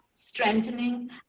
strengthening